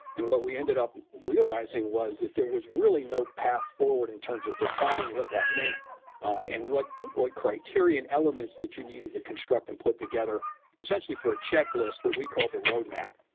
and what we ended up realizing was that there was really no path forward in terms of defining what that meant and what criteria and elements that you needed to construct and put together essentially for a checklist, what we called the roadmap,